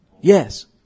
Yes